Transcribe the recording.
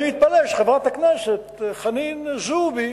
אני מתפלא שחברת הכנסת חנין זועבי,